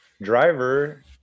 driver